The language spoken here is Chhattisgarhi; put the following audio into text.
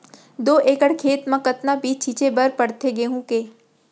दो एकड़ खेत म कतना बीज छिंचे बर पड़थे गेहूँ के?